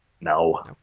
No